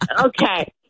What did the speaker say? okay